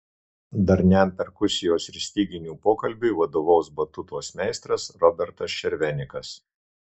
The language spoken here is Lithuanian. darniam perkusijos ir styginių pokalbiui vadovaus batutos meistras robertas šervenikas